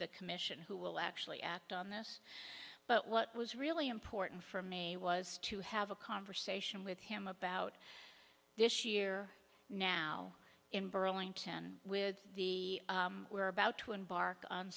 the commission who will actually act on this but what was really important for me was to have a conversation with him about this year now in burlington with the we're about to embark on